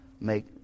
make